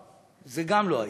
זה גם לא היה,